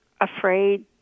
afraid